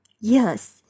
Yes